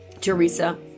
Teresa